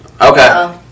Okay